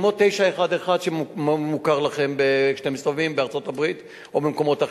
כמו 911 שמוכר לכם כשאתם מסתובבים בארצות-הברית או במקומות אחרים.